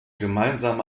gemeinsame